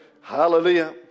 Hallelujah